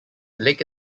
lake